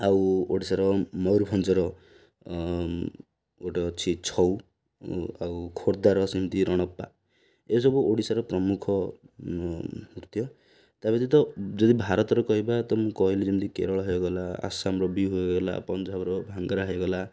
ଆଉ ଓଡ଼ିଶାର ମୟୂରଭଞ୍ଜର ଗୋଟେ ଅଛି ଛଉ ଆଉ ଖୋର୍ଦ୍ଧାର ସେମିତି ରଣପ୍ପା ଏସବୁ ଓଡ଼ିଶାର ପ୍ରମୁଖ ନୃତ୍ୟ ତା' ବ୍ୟତୀତ ଯଦି ଭାରତରେ କହିବା ତ ମୁଁ କହିଲି ଯେମିତି କେରଳ ହେଇଗଲା ଆସାମର ବିହୁ ହେଇଗଲା ପଞ୍ଜାବର ଭାଙ୍ଗରା ହେଇଗଲା